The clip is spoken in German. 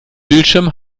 bildschirm